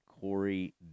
Corey